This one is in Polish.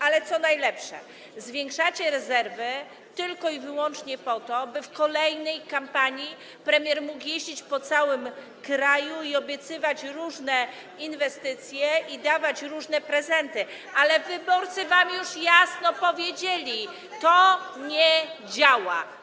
Ale co najlepsze, zwiększacie rezerwy tylko i wyłącznie po to, by w kolejnej kampanii premier mógł jeździć po całym kraju i obiecywać różne inwestycje i dawać różne prezenty, ale wyborcy wam już jasno powiedzieli: to nie działa.